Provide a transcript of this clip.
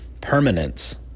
permanence